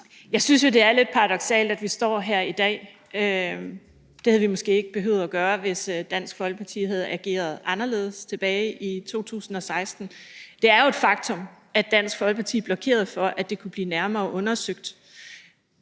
Jeg synes jo, at det er lidt paradoksalt, at vi står her i dag. Det havde vi måske ikke behøvet at gøre, hvis Dansk Folkeparti havde ageret anderledes tilbage i 2016. Det er jo et faktum, at Dansk Folkeparti blokerede for, at det kunne blive nærmere undersøgt.